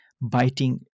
biting